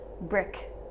brick